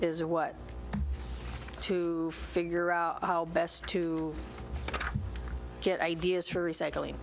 is what to figure out how best to get ideas for recycling